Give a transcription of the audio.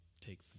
take